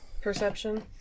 Perception